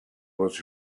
was